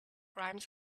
rhymes